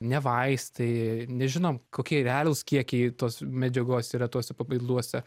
ne vaistai nežinom kokie realūs kiekiai tos medžiagos yra tuose papilduose